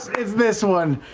it's this one.